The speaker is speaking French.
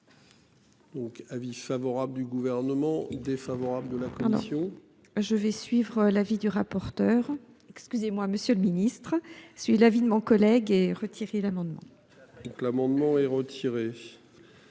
Donc, avis favorable du gouvernement défaveur. Les la prévention. Ah je vais suivre l'avis du rapporteur, excusez-moi monsieur le Ministre, suit l'avis de mon collègue et retirer l'amendement. Donc, l'amendement est retiré.